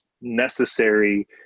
necessary